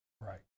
Right